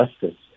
justice